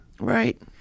right